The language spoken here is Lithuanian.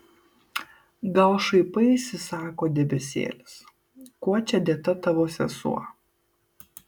gal šaipaisi sako debesėlis kuo čia dėta tavo sesuo